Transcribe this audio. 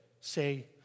say